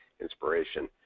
inspiration